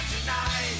tonight